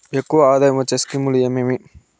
ఎక్కువగా ఆదాయం వచ్చే స్కీమ్ లు ఏమేమీ?